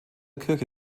kirche